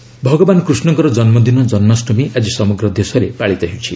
ଜନ୍ମାଷ୍ଟମୀ ଭଗବାନ କୃଷ୍ଣଙ୍କର ଜନ୍ମଦିନ ଜନ୍ମାଷ୍ଟମୀ ଆଜି ସମଗ୍ର ଦେଶରେ ପାଳିତ ହେଉଛି